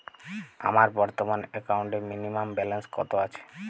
আমার বর্তমান একাউন্টে মিনিমাম ব্যালেন্স কত আছে?